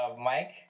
Mike